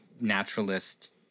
naturalist